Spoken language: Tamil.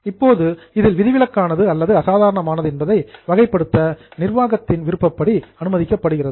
இப்போது இதில் விதிவிலக்கானது அல்லது அசாதாரணமானது என்பதை வகைப்படுத்த நிர்வாகத்தின் டிஸ்கிரிக்ஷன் விருப்பப்படி அனுமதிக்கப்படுகிறது